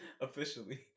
Officially